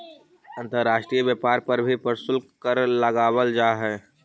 अंतर्राष्ट्रीय व्यापार पर भी प्रशुल्क कर लगावल जा हई